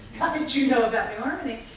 how did you know about new harmony?